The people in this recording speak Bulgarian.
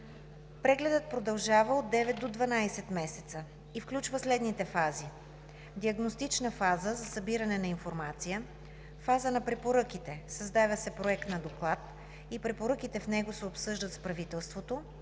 Прегледът продължава от 9 до 12 месеца и включва следните фази: диагностична фаза за събиране на информация; фаза на препоръките – съставя се проект на доклад и препоръките в него се обсъждат с правителството;